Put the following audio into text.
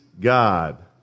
God